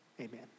amen